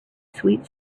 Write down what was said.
sweet